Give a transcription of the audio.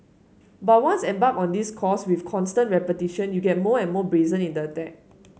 but once embarked on this course with constant repetition you get more and more brazen in the attack